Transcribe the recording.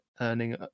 earning